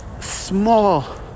small